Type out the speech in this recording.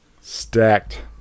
stacked